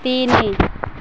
ତିନି